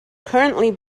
currently